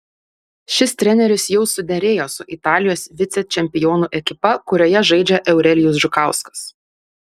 šis treneris jau suderėjo su italijos vicečempionų ekipa kurioje žaidžia eurelijus žukauskas